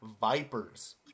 Vipers